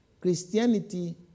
Christianity